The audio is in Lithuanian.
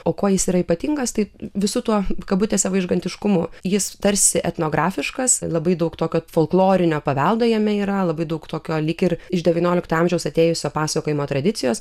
o kuo jis yra ypatingas taip visu tuo kabutėse vaižgantiškumu jis tarsi etnografiškas labai daug tokio folklorinio paveldo jame yra labai daug tokio lyg ir iš devyniolikto amžiaus atėjusio pasakojimo tradicijos